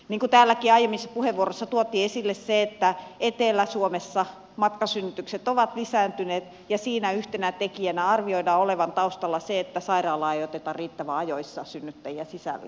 niin kuin täälläkin aiemmissa puheenvuoroissa tuotiin esille etelä suomessa matkasynnytykset ovat lisääntyneet ja siinä yhtenä tekijänä arvioidaan olevan taustalla se että sairaalaan ei oteta riittävän ajoissa synnyttäjiä sisälle